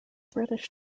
british